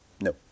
no